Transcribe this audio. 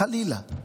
חלילה,